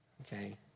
okay